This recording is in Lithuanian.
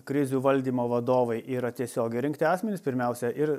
krizių valdymo vadovai yra tiesiogiai rinkti asmenys pirmiausia ir